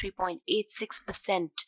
3.86%